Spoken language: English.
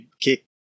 kick